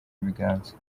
ibiganza